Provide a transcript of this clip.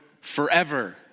forever